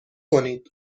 کنید